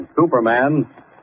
Superman